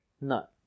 No